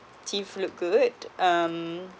teeth look good um